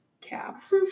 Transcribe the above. Caps